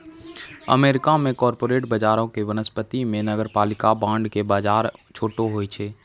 America मे corporate बजारो के वनिस्पत मे नगरपालिका बांड के बजार छोटो होय छै